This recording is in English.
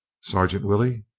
sergeant willey?